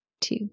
two